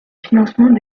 financement